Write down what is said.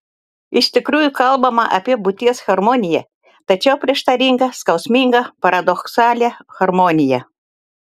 iš tikrųjų kalbama apie būties harmoniją tačiau prieštaringą skausmingą paradoksalią harmoniją